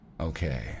Okay